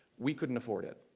we couldn't afford it.